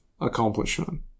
accomplishment